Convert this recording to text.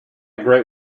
great